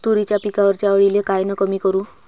तुरीच्या पिकावरच्या अळीले कायनं कमी करू?